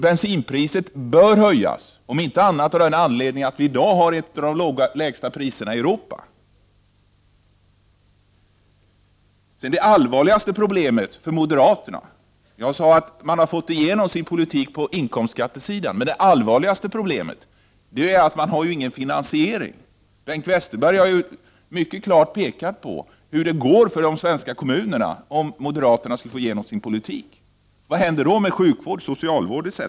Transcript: Bensinpriset bör höjas, om inte annat så av den anledningen att vi i dag har ett av de lägsta bensinpriserna i Europa. Så till det allvarligaste problemet för moderaterna. Jag sade att de har fått igenom sin politik på inkomstskatteområdet, men det allvarligaste problemet är att de inte har någon finansiering. Bengt Westerberg har mycket klart pekat på hur det skulle gå för de svenska kommunerna om moderaterna skulle få igenom sin politik. Vad händer då med sjukvården, socialvården etc?